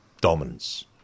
dominance